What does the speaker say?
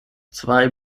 zwei